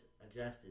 adjusted